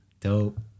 Dope